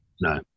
No